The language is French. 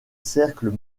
cercles